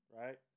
right